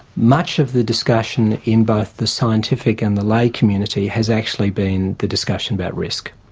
much of the discussion in both the scientific and the lay community has actually been the discussion about risk.